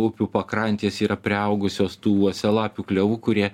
upių pakrantės yra priaugusios tų uosialapių klevų kurie